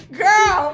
girl